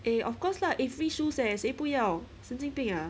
eh of course lah eh free shoes leh 谁不要神经病啊